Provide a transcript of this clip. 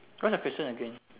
what's the question again